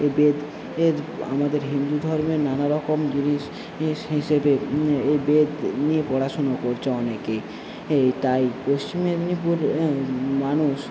এই বেদ এর আমাদের হিন্দু ধর্মের নানারকম জিনিস হিসেবে এই বেদ নিয়ে পড়াশোনা করছে অনেকেই এই তাই পশ্চিম মেদিনীপুরের মানুষ